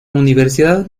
universidad